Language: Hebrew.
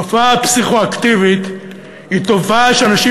תופעה פסיכו-אקטיבית היא תופעה שאנשים